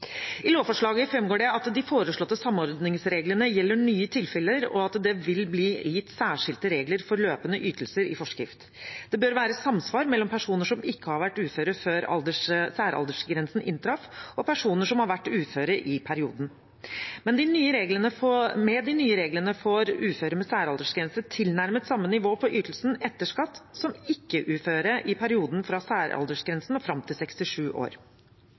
I lovforslaget framgår det at de foreslåtte samordningsreglene gjelder nye tilfeller, og at det vil bli gitt særskilte regler for løpende ytelser i forskrift. Det bør være samsvar mellom personer som ikke har vært uføre før særaldersgrensen inntraff, og personer som har vært uføre i perioden. Med de nye reglene får uføre med særaldersgrense tilnærmet samme nivå på ytelsen etter skatt som ikke-uføre i perioden fra særaldersgrensen og fram til 67 år.